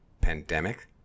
Pandemic